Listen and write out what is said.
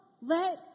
let